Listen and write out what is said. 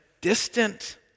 distant